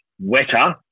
wetter